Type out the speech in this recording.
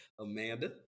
Amanda